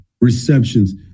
receptions